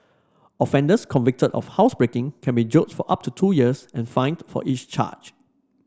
offenders convicted of housebreaking can be jailed for up to two years and fined for each charge